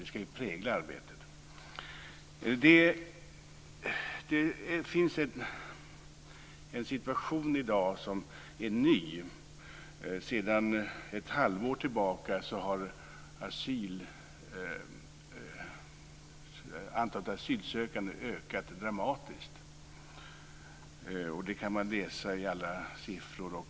Det är en situation i dag som är ny. Sedan ett halvår tillbaka har antalet asylsökande ökat dramatiskt. Det kan man läsa i olika siffror.